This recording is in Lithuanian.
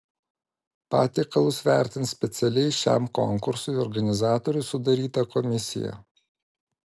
patiekalus vertins specialiai šiam konkursui organizatorių sudaryta komisija